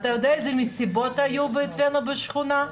אתה יודע איזה מסיבות היו אצלנו בשכונה?